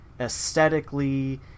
aesthetically